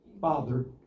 Father